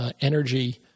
energy